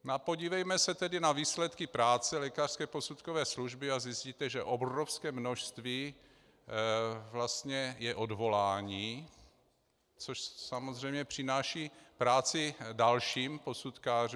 A podívejme se tedy na výsledky práce lékařské posudkové služby a zjistíte, že obrovské množství činností je odvolání, což samozřejmě přináší práci dalším posudkářům.